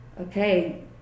okay